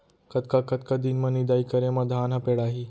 कतका कतका दिन म निदाई करे म धान ह पेड़ाही?